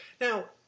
Now